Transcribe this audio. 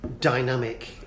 dynamic